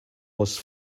was